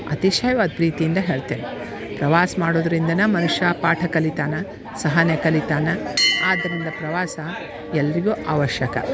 ಅತಿಶಯವಾದ ಪ್ರೀತಿಯಿಂದ ಹೇಳ್ತೇನೆ ಪ್ರವಾಸ ಮಾಡೋದರಿಂದನ ಮನುಷ್ಯ ಪಾಠ ಕಲಿತಾನೆ ಸಹನೆ ಕಲಿತಾನೆ ಆದ್ದರಿಂದ ಪ್ರವಾಸ ಎಲ್ಲರಿಗೂ ಅವಶ್ಯಕ